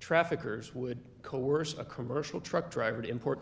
traffickers would coerce a commercial truck driver to import